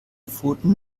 pfoten